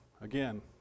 Again